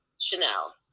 Chanel